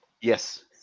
Yes